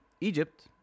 Egypt